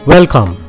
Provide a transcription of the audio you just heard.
Welcome